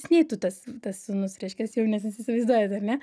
jis neitų tas tas sūnus reiškias jaunesnis įsivaizduojat ar ne